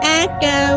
echo